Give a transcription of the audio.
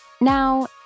Now